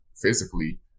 physically